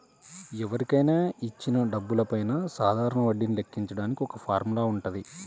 ఎవరికైనా ఇచ్చిన డబ్బులపైన సాధారణ వడ్డీని లెక్కించడానికి ఒక ఫార్ములా వుంటది